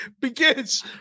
begins